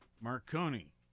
Marconi